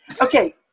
Okay